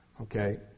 Okay